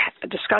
discuss